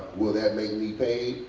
will that make me pay?